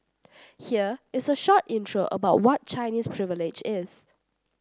here is a short intro about what Chinese Privilege is